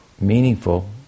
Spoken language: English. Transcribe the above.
meaningful